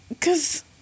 cause